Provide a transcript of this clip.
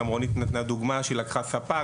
רונית נתנה דוגמה שהיא לקחה ספק,